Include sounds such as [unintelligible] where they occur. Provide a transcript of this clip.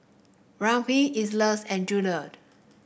Rakeem Elise and [unintelligible]